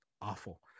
awful